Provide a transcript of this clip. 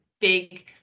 big